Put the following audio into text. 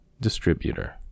Distributor